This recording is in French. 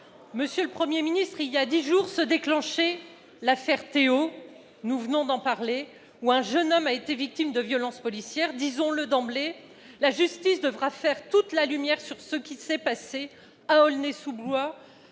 Monsieur le Premier ministre, il y a dix jours se déclenchait l'affaire Théo, du nom d'un jeune homme qui a été victime de violences policières. Disons-le d'emblée, la justice devra faire toute la lumière sur ce qui s'est passé à Aulnay-sous-Bois,